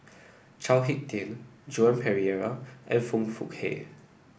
Chao HicK Tin Joan Pereira and Foong Fook Kay